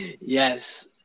yes